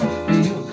feel